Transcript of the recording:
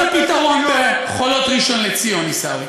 הפתרון בחולות ראשון לציון, עיסאווי.